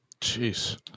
Jeez